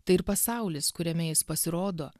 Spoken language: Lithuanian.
tai ir pasaulis kuriame jis pasirodo